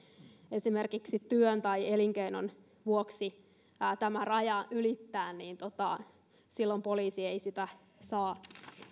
esimerkiksi työn tai elinkeinon vuoksi tämä raja ylittää niin silloin poliisi ei sitä saa